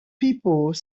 people